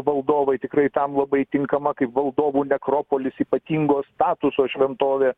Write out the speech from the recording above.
valdovai tikrai tam labai tinkama kaip valdovų nekropolis ypatingo statuso šventovė